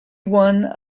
one